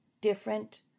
different